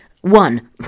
one